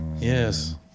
Yes